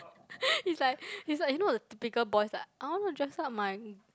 it's like it's like you know the typical boys like I want to dress up my